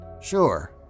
Sure